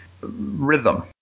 Rhythm